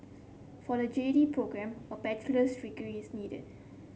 for the J D programme a bachelor's degree is needed